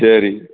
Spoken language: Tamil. சரி